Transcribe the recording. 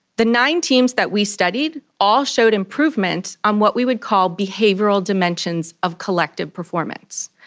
the nine teams that we studied all showed improvements on what we would call behavioural dimensions of collective performance.